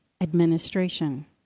administration